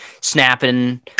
snapping